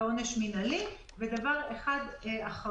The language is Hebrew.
כלומר